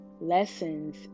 lessons